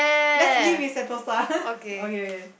let's live in sentosa okay okay